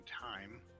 time